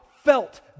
felt